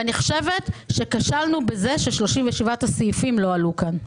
אני חושבת שכשלנו בכך ש-37 הסעיפים לא עלו כאן.